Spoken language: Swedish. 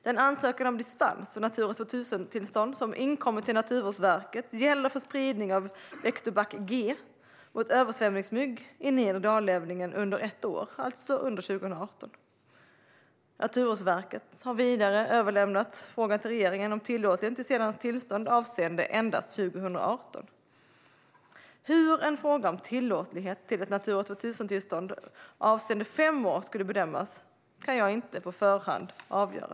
Den ansökan om dispens och Natura 2000-tillstånd som inkommit till Naturvårdsverket gäller för spridning av Vectobac G mot översvämningsmyggor vid nedre Dalälven under ett år, alltså under 2018. Naturvårdsverket har vidare överlämnat frågan till regeringen om tillåtlighet till sådant tillstånd avseende endast 2018. Hur en fråga om tillåtlighet till ett Natura 2000-tillstånd avseende fem år skulle bedömas kan jag på förhand inte avgöra.